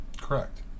Correct